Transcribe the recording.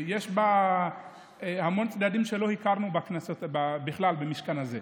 יש בה המון צדדים שלא הכרנו בכלל במשכן הזה,